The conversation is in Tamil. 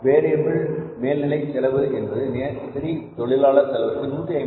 வேரியபில் மேல்நிலை செலவு என்பது நேரடி தொழிலாளர் செலவிற்கு 150